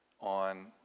on